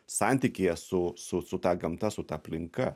santykyje su su su ta gamta su ta aplinka